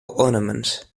ornament